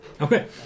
Okay